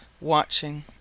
watching